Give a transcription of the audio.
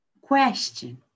Question